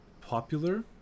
popular